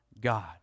God